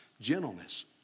gentleness